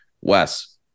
Wes